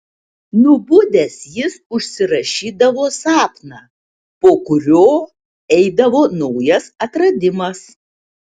nubudęs jis užsirašydavo sapną po kurio eidavo naujas atradimas